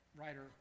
writer